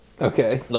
Okay